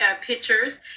pictures